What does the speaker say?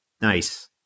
Nice